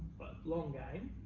long game,